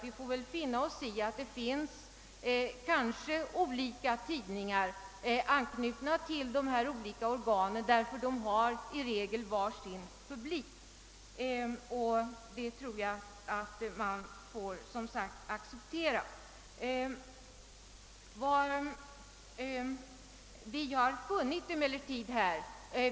Vi får väl finna oss i att det finns olika tidningar knutna till dessa organ, tidningar vilka alla har sin publik.